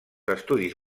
estudis